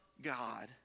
God